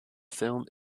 film